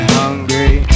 hungry